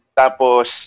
tapos